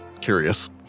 curious